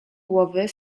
głowy